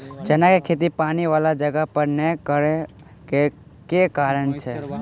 चना केँ खेती पानि वला जगह पर नै करऽ केँ के कारण छै?